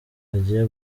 agiye